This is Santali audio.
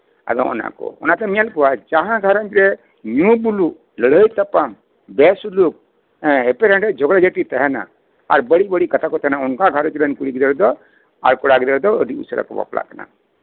ᱟᱫᱚ ᱚᱱᱟ ᱠᱚ ᱟᱫᱚ ᱚᱱᱟᱛᱮᱢ ᱧᱮᱞ ᱠᱚᱣᱟ ᱡᱟᱦᱟᱸ ᱜᱷᱟᱸᱨᱚᱡᱽ ᱨᱮ ᱧᱩ ᱵᱩᱞᱩᱜ ᱞᱟᱹᱲᱦᱟᱹᱭ ᱛᱟᱯᱟᱢ ᱵᱮ ᱥᱩᱞᱩᱠ ᱮᱯᱮᱨ ᱦᱮᱸᱰᱮᱡᱽ ᱡᱷᱚᱜᱲᱟ ᱡᱷᱟᱹᱴᱤ ᱛᱟᱸᱦᱮᱱᱟ ᱟᱨ ᱵᱟᱹᱲᱤᱡ ᱵᱟᱹᱲᱤᱡ ᱠᱟᱛᱷᱟ ᱠᱚᱠᱚ ᱨᱚᱲᱟ ᱚᱱᱠᱟᱱ ᱜᱷᱟᱸᱨᱚᱡᱽ ᱨᱮᱱ ᱠᱩᱲᱤ ᱜᱤᱫᱽᱨᱟᱹ ᱫᱚ ᱟᱨ ᱠᱚᱲᱟ ᱜᱤᱫᱽᱨᱟᱹ ᱫᱚ ᱟᱹᱰᱤ ᱩᱥᱟᱹᱨᱟᱠᱚ ᱵᱟᱯᱞᱟᱜ ᱠᱟᱱᱟ